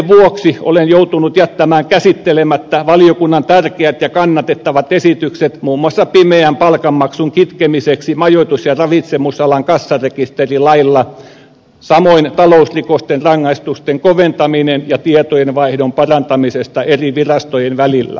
ajanpuutteen vuoksi olen joutunut jättämään käsittelemättä valiokunnan tärkeät ja kannatettavat esitykset muun muassa pimeän palkanmaksun kitkemisestä majoitus ja ravitsemisalan kassarekisterilailla samoin talousrikosten rangaistusten koventamisesta ja tietojen vaihdon parantamisesta eri virastojen välillä